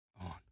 on